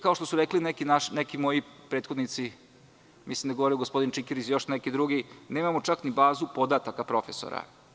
Kao što su rekli neki moji prethodnici, mislim da je govorio gospodin Čikiriz, nemamo čak ni bazu podataka profesora.